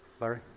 Larry